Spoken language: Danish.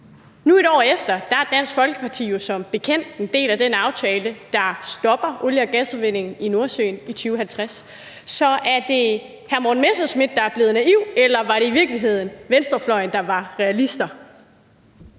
Nu, et år efter, er Dansk Folkeparti som bekendt en del af den aftale, der stopper olie- og gasudvindingen i Nordsøen i 2050. Så er det hr. Morten Messerschmidt, der er blevet naiv, eller var det i virkeligheden venstrefløjen, der var realister?